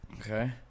Okay